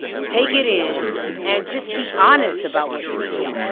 take it in and just be honest about what you feel,